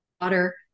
water